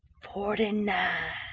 forty-nine!